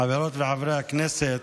חברות וחברי הכנסת,